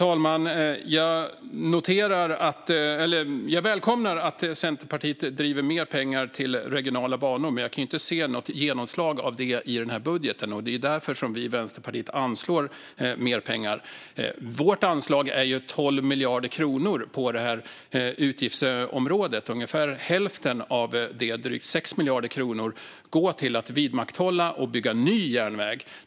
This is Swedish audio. Fru talman! Jag välkomnar att Centerpartiet driver mer pengar till regionala banor, men jag kan inte se något genomslag av det i budgeten. Det är därför som vi i Vänsterpartiet anslår mer pengar. Vårt anslag är 12 miljarder kronor på det här utgiftsområdet. Ungefär hälften av det, drygt 6 miljarder kronor, går till att vidmakthålla och bygga ny järnväg.